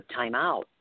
timeout